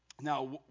Now